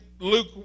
Luke